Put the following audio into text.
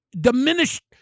diminished